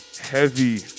Heavy